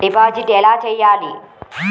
Deposit ఎలా చెయ్యాలి?